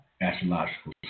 astrological